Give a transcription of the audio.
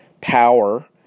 power